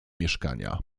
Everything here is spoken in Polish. mieszkania